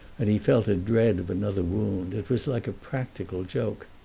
and he felt a dread of another wound. it was like a practical joke.